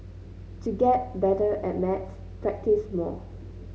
to get better at maths practise more